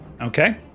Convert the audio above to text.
Okay